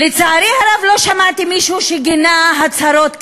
לצערי הרב, לא שמעתי מישהו שגינה הצהרות כאלה.